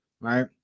Right